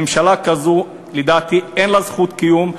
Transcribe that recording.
ממשלה כזאת, לדעתי, אין לה זכות קיום.